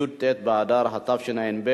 י"ט באדר התשע"ב,